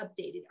updated